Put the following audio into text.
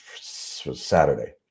Saturday